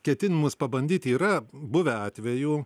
ketinimus pabandyti yra buvę atvejų